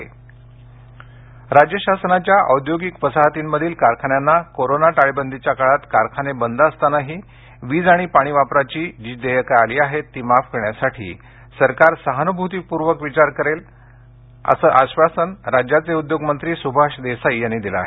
सुभाष देसाई राज्य शासनाच्या औद्योगिक वसाहतींमधील कारखान्यांना कोरोना टाळेबंदीच्या काळात कारखाने बंद असतानाही वीज आणि पाणी वापराची जी देयकं आली आहेत ती माफ करण्यासाठी सरकार सहानुभूतीपूर्वक प्रयत्न करेल असं आश्वासन राज्याचे उद्योगमंत्री सुभाष देसाई यांनी दिलं आहे